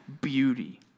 beauty